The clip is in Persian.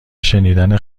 شنیدن